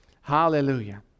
Hallelujah